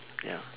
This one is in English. ya